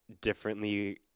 differently